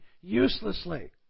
uselessly